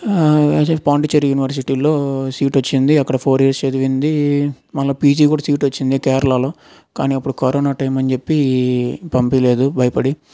పాండిచ్చేరి యూనివర్సిటీలో సీట్ వచ్చింది అక్కడ ఫోర్ ఇయర్స్ చదివింది మళ్ళీ పీజీ కూడా సీట్ వచ్చింది కేరళలో కానీ అప్పుడు కరోనా టైమ్ అని చెప్పి పంపివ్వలేదు భయపడి